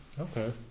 Okay